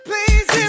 Please